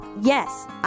Yes